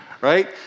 Right